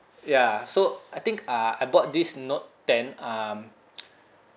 ya so I think uh I bought this note ten um